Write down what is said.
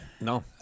No